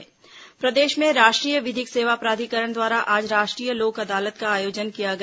लोक अदालत प्रदेश में राष्ट्रीय विधिक सेवा प्राधिकरण द्वारा आज राष्ट्रीय लोक अदालत का आयोजन किया गया